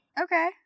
Okay